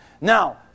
Now